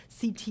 CT